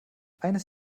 eines